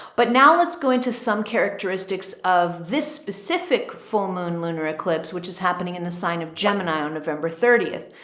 but now let's go into some characteristics of this specific, full moon lunar eclipse, which is happening in the sign of gemini on november thirtieth.